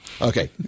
Okay